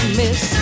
miss